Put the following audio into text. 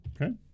Okay